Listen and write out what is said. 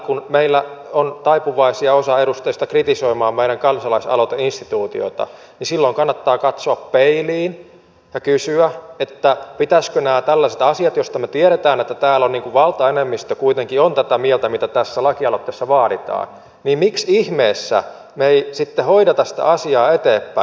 kun meillä on osa edustajista taipuvaisia kritisoimaan meidän kansalaisaloiteinstituutiota niin silloin kannattaa katsoa peiliin ja kysyä pitäisikö nämä tällaiset asiat hoitaa eteenpäin joista me tiedämme että täällä on valtaenemmistö kuitenkin tätä mieltä mitä tässä lakialoitteessa vaaditaan niin että miksi ihmeessä me emme sitten hoida sitä asiaa eteenpäin